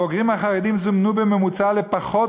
הבוגרים החרדים זומנו בממוצע לפחות